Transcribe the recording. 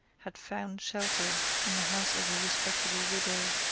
had found shelter in the house of a respectable widow,